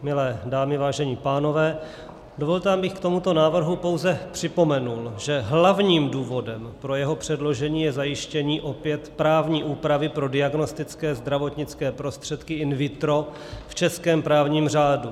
Milé dámy, vážení pánové, dovolte, abych k tomuto návrhu pouze připomněl, že hlavním důvodem pro jeho předložení je zajištění opět právní úpravy pro diagnostické zdravotnické prostředky in vitro v českém právním řádu.